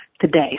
today